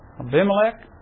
Abimelech